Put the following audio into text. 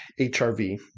HRV